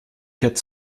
quatre